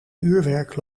uurwerk